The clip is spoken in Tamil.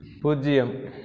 பூஜ்ஜியம்